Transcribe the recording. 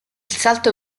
salto